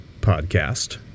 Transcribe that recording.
podcast